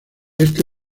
este